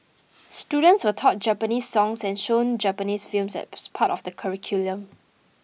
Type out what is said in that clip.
students were taught Japanese songs and shown Japanese films as part of the curriculum